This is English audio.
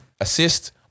assist